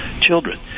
children